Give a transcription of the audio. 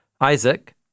Isaac